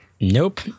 Nope